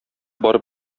барып